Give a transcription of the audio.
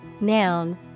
noun